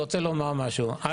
הקשיש.